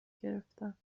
گرفتم